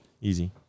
Easy